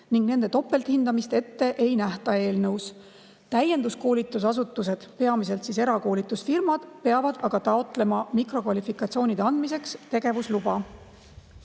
ning nende topelthindamist eelnõus ette ei nähta. Täienduskoolitusasutused, peamiselt erakoolitusfirmad, peavad taotlema mikrokvalifikatsioonide andmiseks tegevusluba.